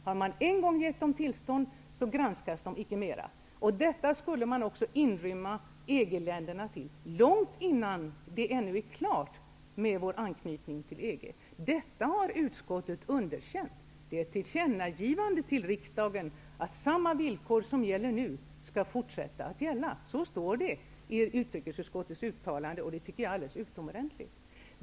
Har man en gång gett dem tillstånd, granskas de icke mer. Även EG-länderna skulle omfattas av den principen. Detta skulle gälla långt innan vår anknytning till EG ännu är klar. Detta har utskottet underkänt. Utskottet tillkännager för riksdagen att samma villkor som nu gäller också skall fortsätta att gälla. Så står det i utrikesutskottets uttalande, vilket jag tycker är alldeles utomordentligt.